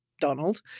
Donald